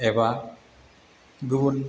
एबा गुबुन